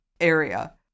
area